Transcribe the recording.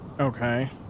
okay